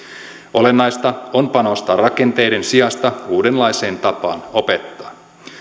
olennaista on panostaa rakenteiden sijasta uudenlaiseen tapaan opettaa